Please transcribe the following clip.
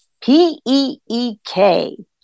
P-E-E-K